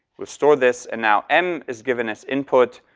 restore this, and now m is giving us input,